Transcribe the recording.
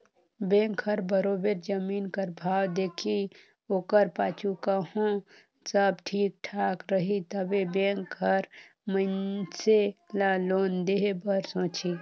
bank हर बरोबेर जमीन कर भाव देखही ओकर पाछू कहों सब ठीक ठाक रही तबे बेंक हर मइनसे ल लोन देहे बर सोंचही